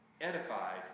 edified